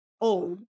old